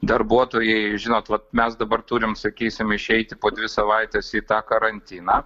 darbuotojai žinot vat mes dabar turim sakysim išeiti po dvi savaites į tą karantiną